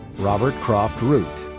robert croft root.